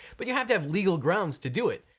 but you have to have legal grounds to do it.